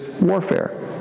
warfare